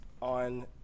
On